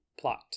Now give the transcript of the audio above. Plot